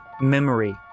memory